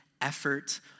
effort